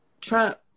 Trump